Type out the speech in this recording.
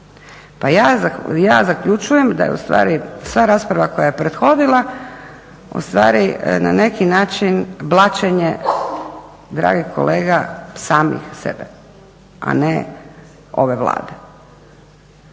Pa ja zaključujem da je u stvari sva rasprava koja je prethodila u stvari na neki način blaćenje dragih kolega samih sebe, a ne ove Vlade.